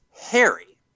Harry